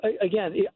again